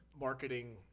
marketing